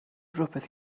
rhywbeth